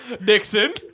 Nixon